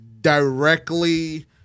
directly